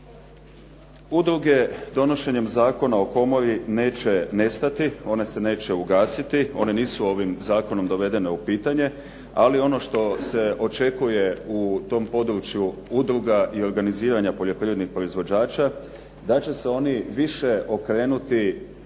Udruge donošenjem Zakona o komori neće nestati, one se neće ugasiti one nisu ovim zakonom dovedene u pitanje, ali ono što se očekuje u tom području udruga i organiziranja poljoprivrednih proizvođača da će se oni više okrenuti udruživanju